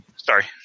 Sorry